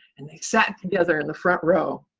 and they sat together in the front row.